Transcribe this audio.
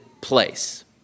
place